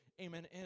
amen